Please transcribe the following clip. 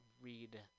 read